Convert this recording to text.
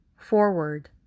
forward